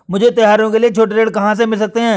मुझे त्योहारों के लिए छोटे ऋण कहाँ से मिल सकते हैं?